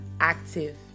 active